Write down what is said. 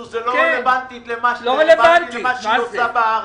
זה לא רלוונטי למה שהיא עושה בארץ.